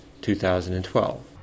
2012